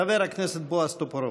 חבר הכנסת בועז טופורובסקי.